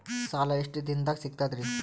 ಸಾಲಾ ಎಷ್ಟ ದಿಂನದಾಗ ಸಿಗ್ತದ್ರಿ?